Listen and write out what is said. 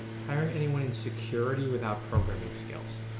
hiring anyone in security without programming skills?